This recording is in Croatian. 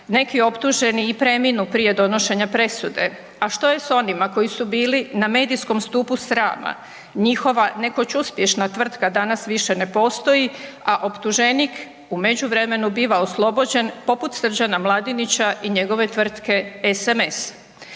Neki optuženi i preminu prije donošenja presude, a što je s onima koji su bili na medijskom stupu srama, njihova nekoć uspješna tvrtka danas više ne postoji, a optuženik u međuvremenu biva oslobođen poput Srđana Mladinića i njegove tvrtke SMS.